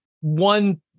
one